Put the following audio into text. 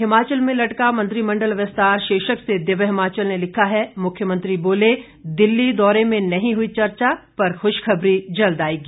हिमाचल में लटका मंत्रिमंडल विस्तार शीर्षक से दिव्य हिमाचल ने लिखा है मुख्यमंत्री बोले दिल्ली दौरे में नहीं हुई चर्चा पर खुशखबरी जल्द आएगी